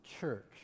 church